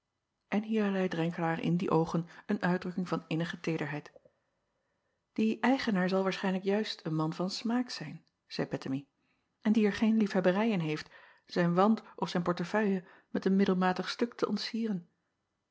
en hier leî renkelaer in die oogen een uitdrukking van innige teederheid ie eigenaar zal waarschijnlijk juist een man van smaak zijn zeî ettemie en die er geen liefhebberij in heeft zijn wand of zijn portefeuille met een middelmatig stuk te ontcieren